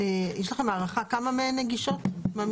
יש לכם הערכה כמה מהן נגישות?